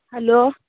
hello